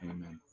Amen